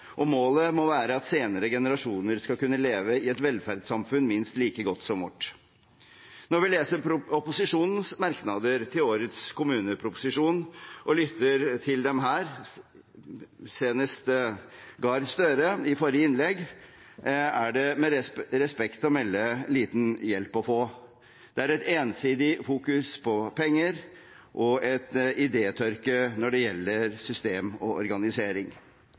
og målet må være at senere generasjoner skal kunne leve i et velferdssamfunn minst like godt som vårt. Når vi leser opposisjonens merknader til årets kommuneproposisjon og lytter til dem her, senest Gahr Støre i forrige innlegg, er det med respekt å melde liten hjelp å få. Det er et ensidig fokus på penger og en idétørke når det gjelder